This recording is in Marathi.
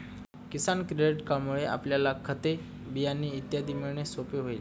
किसान क्रेडिट कार्डमुळे आपल्याला खते, बियाणे इत्यादी मिळणे सोपे होईल